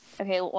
okay